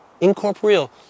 incorporeal